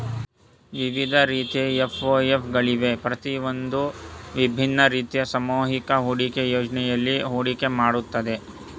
ವಿವಿಧ ರೀತಿಯ ಎಫ್.ಒ.ಎಫ್ ಗಳಿವೆ ಪ್ರತಿಯೊಂದೂ ವಿಭಿನ್ನ ರೀತಿಯ ಸಾಮೂಹಿಕ ಹೂಡಿಕೆ ಯೋಜ್ನೆಯಲ್ಲಿ ಹೂಡಿಕೆ ಮಾಡುತ್ತೆ